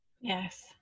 yes